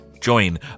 join